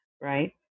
right